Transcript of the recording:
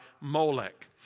Molech